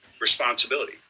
responsibility